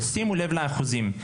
תשימו לב לאחוזים.